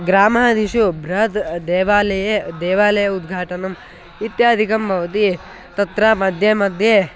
ग्रामादिषु बृहद्देवालये देवालय उद्घाटनम् इत्यादिकं भवति तत्र मध्ये मध्ये